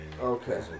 Okay